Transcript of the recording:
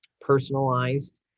personalized